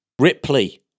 Ripley